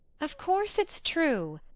of course it's true.